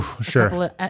sure